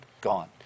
gone